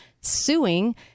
suing